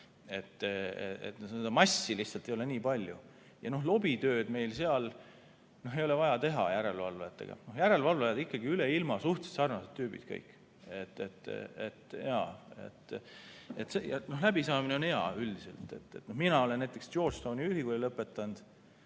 seda massi lihtsalt ei ole nii palju. No ja lobitööd meil seal ei ole vaja teha järelevalvajatega. Järelevalvajad on ikkagi kõik üle ilma suhteliselt sarnased tüübid. Jaa, läbisaamine on hea üldiselt. Mina olen näiteks Georgetowni ülikooli lõpetanud